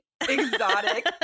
exotic